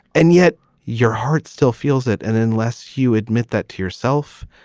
and yet your heart still feels it. and unless you admit that to yourself,